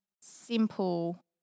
simple